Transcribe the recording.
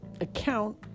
account